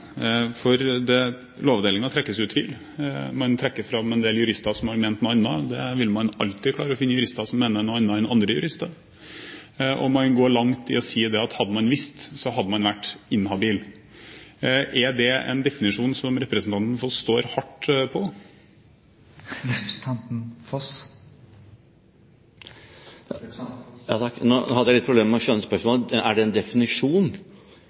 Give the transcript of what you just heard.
Lovavdelingen, for Lovavdelingen trekkes jo i tvil. Man trekker fram en del jurister som har nevnt noe annet. Man vil jo alltid klare å finne jurister som mener noe annet enn andre jurister. Man går langt i å si at hadde man visst, så hadde man vært inhabil. Er det en definisjon som representanten Foss står hardt på? Nå hadde jeg litt problemer med å skjønne spørsmålet. Er det en definisjon?